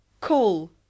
Call